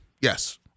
Yes